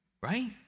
right